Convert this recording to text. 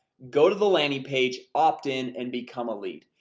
go to the landing page opt in, and become a lead.